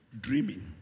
dreaming